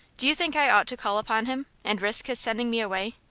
do you think i ought to call upon him, and risk his sending me away?